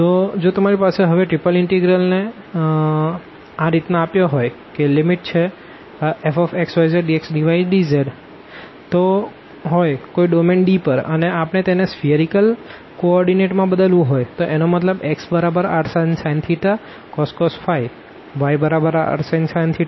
તુ જો તમારી પાસે હવે ત્રીપલ ઇનટેગ્રલને Dfxyzdxdydz રીતના આપવામાં આવ્યો હોય કોઈ ડોમેન d પર અને આપણે તેને સ્ફીઅરીકલ કો ઓર્ડીનેટ માં બદલવું હોય તો એનો મતલબ xrsin cos yrsin sin અને zrcos